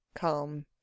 calm